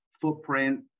footprint